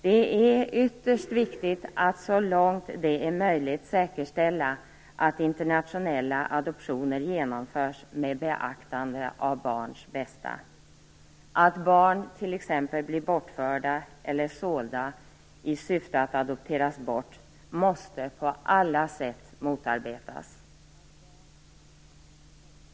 Det är ytterst viktigt att så långt det är möjligt säkerställa att internationella adoptioner genomförs med beaktande av barns bästa. Att barn t.ex. blir bortförda eller sålda i syfte att adopteras bort måste på alla sätt motarbetas.